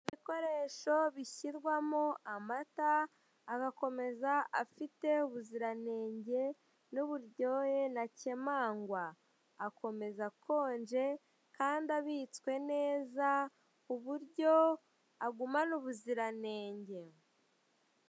Ibikoresho bishyirwamo amata , agakomeza afite ubuzirantenge n'uburyohe ntakemangwa . Akomeza akonje kandi abitswe neza kuburyo agumana ubuzirantenge.